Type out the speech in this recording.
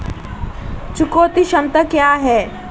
चुकौती क्षमता क्या है?